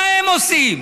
מה הם עושים?